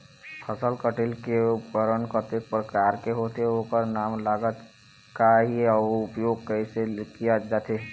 फसल कटेल के उपकरण कतेक प्रकार के होथे ओकर नाम लागत का आही अउ उपयोग कैसे किया जाथे?